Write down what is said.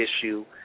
issue